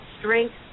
strength